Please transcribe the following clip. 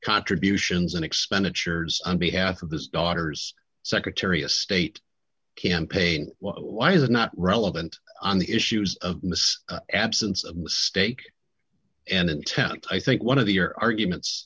contributions and expenditures on behalf of this daughter's secretary of state campaign why is it not relevant on the issues of absence of steak and intent i think one of the your arguments